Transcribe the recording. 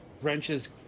wrenches